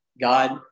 God